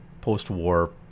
post-war